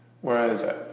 whereas